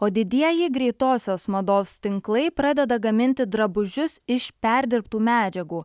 o didieji greitosios mados tinklai pradeda gaminti drabužius iš perdirbtų medžiagų